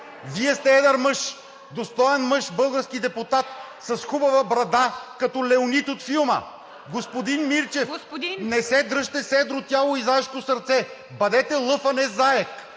Вие сте едър мъж, достоен мъж, български депутат с хубава брада – като Леонид от филма. Господин Мирчев, не се дръжте с едро тяло и заешко сърце, бъдете лъв, а не заек.